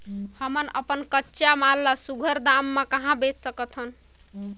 हमन अपन कच्चा माल ल सुघ्घर दाम म कहा बेच सकथन?